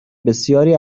بسیاری